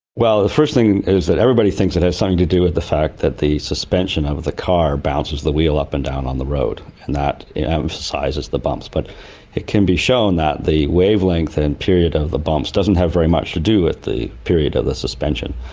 well, the first thing is that everybody thinks it has something to do with the fact that the suspension of of the car bounces the wheel up and down on the road and that emphasises the bumps. but it can be shown that the wavelength and period of the bumps doesn't have very much to do with the period of the suspension.